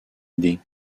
idée